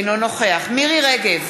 אינו נוכח מירי רגב,